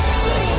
say